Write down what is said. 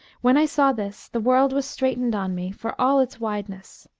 when i saw this, the world was straitened on me for all its wideness,